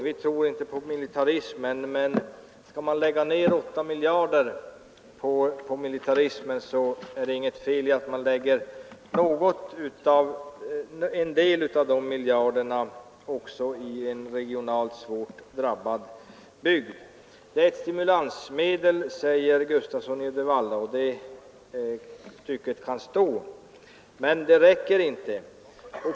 Vi tror inte på militarism, men skall man lägga ned åtta miljarder på militarism är det inget fel i att man lägger en del av dessa miljarder i en regionalt svårt drabbad bygd. Det är ett stimulansmedel, säger herr Gustafsson i Uddevalla, och det uttrycket kan stå fast. Men det räcker inte.